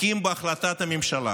מקים בהחלטת הממשלה